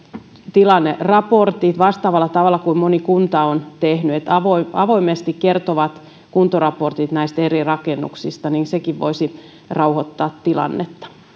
tilanneraportit vastaavalla tavalla kuin moni kunta on tehnyt avoimesti avoimesti kertovat kuntoraportit näistä eri rakennuksista voisivat rauhoittaa tilannetta